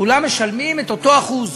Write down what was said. כולם משלמים את אותו האחוז.